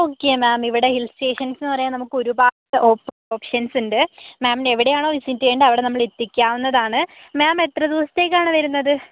okay ma'am ഇവിടെ hill stations എന്ന് പറയാൻ നമുക്ക് ഒരുപാട് ഓപ്പ് ഓപ്ഷൻസുണ്ട് മാമിന് എവിടെയാണോ വിസിറ്റ് ചെയ്യേണ്ടെ അവിടെ നമ്മളെത്തിക്കാവുന്നതാണ് മാമ് എത്ര ദിവസത്തേക്കാണ് വരുന്നത്